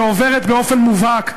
שעוברת באופן מובהק,